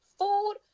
food